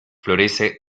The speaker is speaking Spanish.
florece